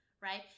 right